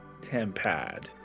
Tempad